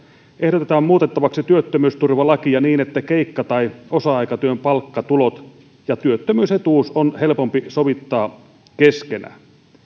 ehdotetaan muutettavaksi työttömyysturvalakia niin että keikka tai osa aikatyön palkkatulot ja työttömyysetuus on helpompi sovittaa keskenään